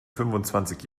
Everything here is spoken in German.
fünfundzwanzig